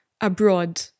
abroad